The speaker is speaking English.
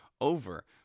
over